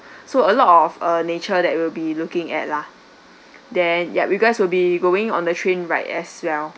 so a lot of err nature that will be looking at lah then yup you guys will be going on the train ride as well